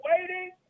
waiting